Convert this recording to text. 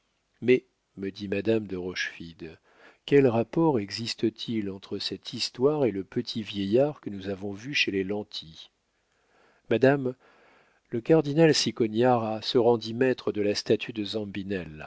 mais me dit madame de rochefide quel rapport existe-t-il entre cette histoire et le petit vieillard que nous avons vu chez les lanty madame le cardinal cicognara se rendit maître de la statue de